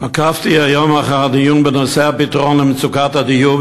עקבתי היום אחר הדיון בנושא הפתרון למצוקת הדיור,